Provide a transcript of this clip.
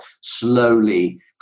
slowly